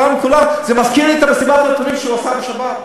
זה מזכיר לי את מסיבת העיתונאים שהוא עשה בשבת.